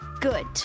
Good